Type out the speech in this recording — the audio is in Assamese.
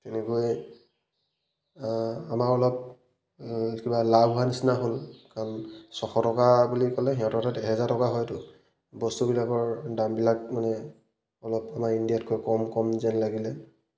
তেনেকৈ আমাৰ অলপ কিবা লাভ হোৱা নিচিনা হ'ল কাৰণ ছশ টকা বুলি ক'লে সিহঁতৰ ঠাইত এহেজাৰ টকা হয়তো বস্তুবিলাকৰ দামবিলাক মানে অলপ আমাৰ ইণ্ডিয়াতকৈ কম কম যেন লাগিলে